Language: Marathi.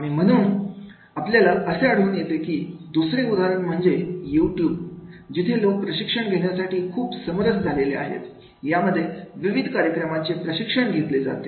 आणि म्हणून आपल्याला असे आढळून येते की दुसरे उदाहरण म्हणजे युट्युब जिथे लोक प्रशिक्षण घेण्यासाठी खूप समरस झालेले आहेत यांमध्ये विविध कार्यक्रमाचे प्रशिक्षण घेतले जाते